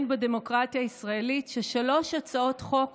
בדמוקרטיה הישראלית ששלוש הצעות חוק